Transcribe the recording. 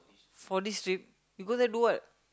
for this trip you go there do what